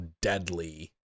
deadly